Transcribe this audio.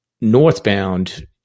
northbound